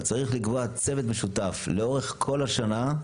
אבל צריך לקבוע צוות משותף לאורך כל השנה,